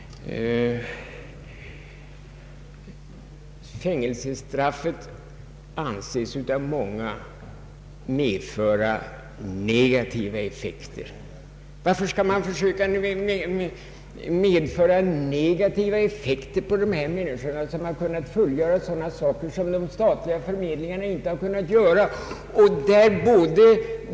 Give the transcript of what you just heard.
Fängelsestraffet anses av många medföra negativa effekter. Varför skall man försöka metoder som har negativa effekter på dessa människor som kunnat fullgöra sådana uppgifter som de stat liga förmedlingarna inte kunnat klara?